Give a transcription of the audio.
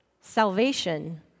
salvation